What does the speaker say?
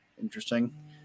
interesting